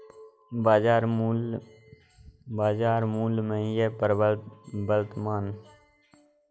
बाजार मूल्य, बाजार मूल्य में वह वर्तमान मूल्य है जिस पर कोई वस्तु या सेवा खरीदी या बेची जा सकती है